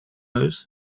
those